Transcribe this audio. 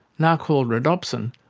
now called rhodopsin,